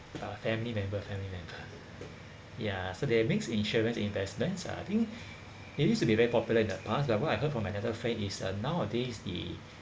uh family member family member ya so they mix insurance investments uh I think maybe used to be very popular in the past lah what I heard from another friend is uh nowadays the